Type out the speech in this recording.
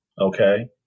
okay